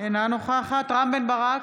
אינה נוכחת רם בן ברק,